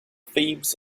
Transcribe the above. thieves